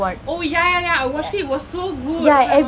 oh ya ya ya I watched it it was so good oh my god